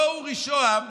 אותו אורי שוהם,